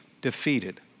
defeated